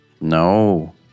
No